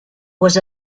was